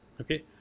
okay